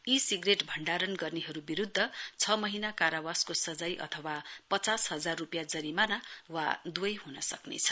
ई cigarette भण्डारण गर्नेहरू विरूद्व छ महीना कारावासको सजाय अथवा पचास हजार रूपियाँ जिरमाना वा दुवै हुन सक्नेछ